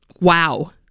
Wow